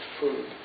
food